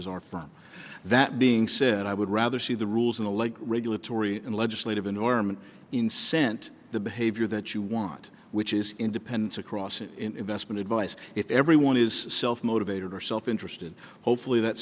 as our firm that being said i would rather see the rules in the light regulatory and legislative enormous incent the behavior that you want which is independence across in investment advice if everyone is self motivated or self interested hopefully that